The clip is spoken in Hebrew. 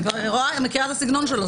אני כבר מכירה את הסגנון שלו.